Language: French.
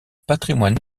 patrimoine